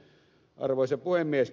arvoisa puhemies